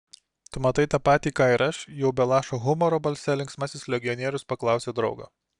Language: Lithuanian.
tu matai tą patį ką ir aš jau be lašo humoro balse linksmasis legionierius paklausė draugo